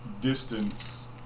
distance